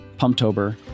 Pumptober